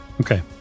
Okay